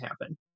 happen